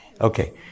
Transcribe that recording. Okay